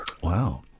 Wow